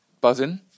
buzzing